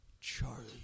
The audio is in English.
Charlie